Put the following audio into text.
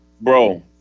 Bro